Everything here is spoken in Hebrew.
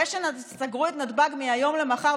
זה שסגרו את נתב"ג מהיום למחר,